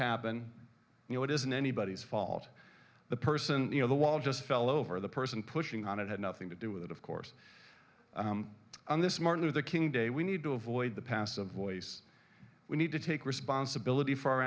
happen you know it isn't anybody's fault the person you know the wall just fell over the person pushing on it had nothing to do with it of course on this martin luther king day we need to avoid the passive voice we need to take responsibility for our